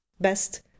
best